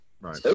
Right